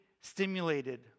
stimulated